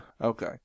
Okay